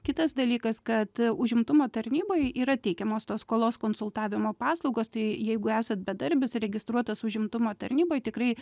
kitas dalykas kad užimtumo tarnyboj yra teikiamos tos skolos konsultavimo paslaugos tai jeigu esat bedarbis registruotas užimtumo tarnyboj tikrai